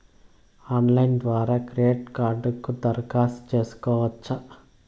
Online ద్వారా credit కార్డుకు దరఖాస్తు సేసుకోవచ్చా?